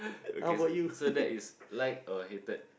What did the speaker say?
okay so so that is like or hated